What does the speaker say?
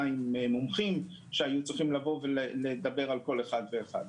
מומחים שהיו צריכים לדבר על כל אחד ואחד.